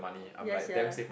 ya sia